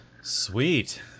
Sweet